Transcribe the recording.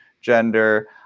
gender